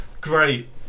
Great